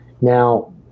Now